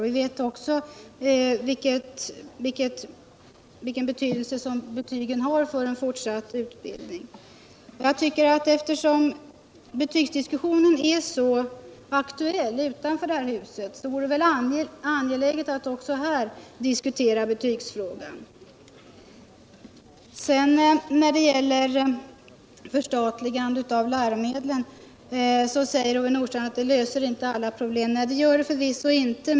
Vi vet också vilken betydelse betygen har för en fortsatt utbildning. Eftersom betygsdiskussionen är så aktuell utanför det här huset vore det väl angeläget att också här diskutera betygsfrågan. När det gäller ett förstatligande av läromedelsproduktionen säger Ove Nordstrandh att det inte löser alla problem. Nej, det gör det förvisso inte.